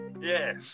Yes